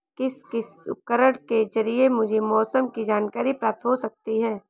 किस किस उपकरण के ज़रिए मुझे मौसम की जानकारी प्राप्त हो सकती है?